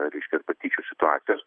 reiškia patyčių situacijos